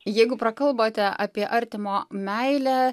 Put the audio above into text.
jeigu prakalbote apie artimo meilę